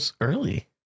early